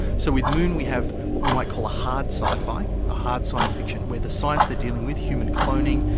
so with moon we have what we might call a hard sci-fi, the hard science fiction, where the science they're dealing with, human cloning,